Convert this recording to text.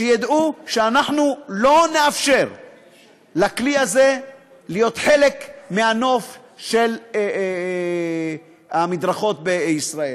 שידעו שאנחנו לא נאפשר לכלי הזה להיות חלק מהנוף של המדרכות בישראל.